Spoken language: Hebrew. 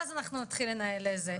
ואז אנחנו נתחיל לנהל זה.